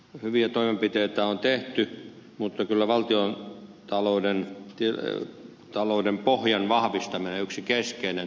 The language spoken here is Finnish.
hyviä toimenpiteitä on tehty mutta kyllä valtiontalouden pohjan vahvistaminen on yksi keskeinen toimenpide